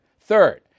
Third